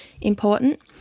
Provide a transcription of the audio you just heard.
important